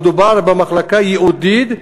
מדובר במחלקה ייעודית,